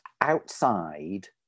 outside